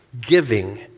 Giving